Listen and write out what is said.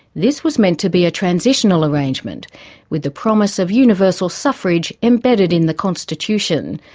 this was meant to be a transitional arrangement with the promise of universal suffrage embedded in the constitution,